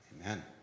Amen